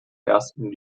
ersten